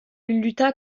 lutta